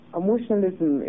emotionalism